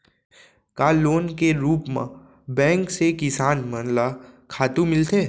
का लोन के रूप मा बैंक से किसान मन ला खातू मिलथे?